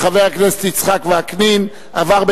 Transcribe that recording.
התשע"א 2011,